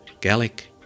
Gallic